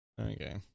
okay